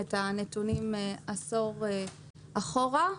את הנתונים עשור אחורה.